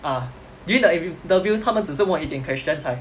ah during the interview 他们只是问我一点 questions 才